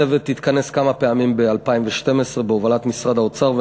הצוות התכנס כמה פעמים ב-2012 בהובלת משרד האוצר,